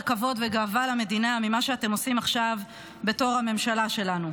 כבוד וגאווה למדינה ממה שאתם עושים עכשיו בתור הממשלה שלנו.